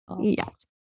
yes